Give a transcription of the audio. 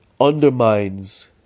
undermines